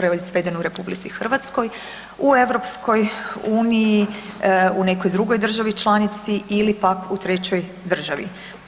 proizveden u RH, u EU, u nekoj drugoj državi članici ili pak u trećoj državi.